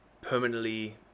Permanently